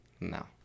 No